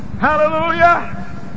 Hallelujah